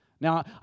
Now